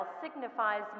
signifies